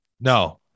no